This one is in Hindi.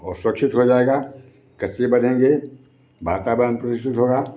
असुरक्षित हो जाएगा कचरे बढ़ेंगे वातावरण प्रदूषित होगा